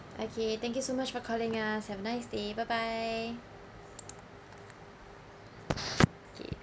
okay thank you so much for calling us have a nice day bye bye